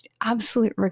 absolute